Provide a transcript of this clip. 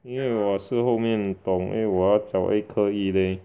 因为我是后面懂因为我要找一克一 leh